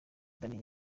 danny